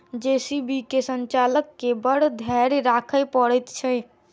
JCB के संचालक के बड़ धैर्य राखय पड़ैत छै